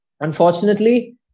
Unfortunately